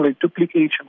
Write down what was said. duplication